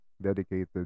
dedicated